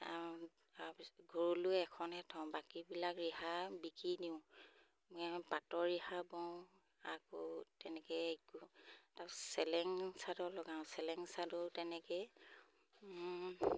তাৰপিছত ঘৰলৈও এখনে থওঁ বাকীবিলাক ৰিহা বিকি দিওঁ পাটৰ ৰিহা বওঁ আকৌ তেনেকৈ তাত চেলেং চাদৰ লগাওঁ চেলেং চাদৰ তেনেকৈ